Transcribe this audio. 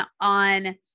on